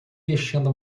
vestindo